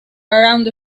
around